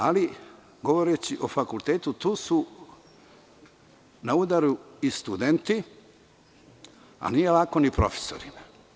Ali, govoreći o fakultetu, na udaru su i studenti, a nije lako ni profesorima.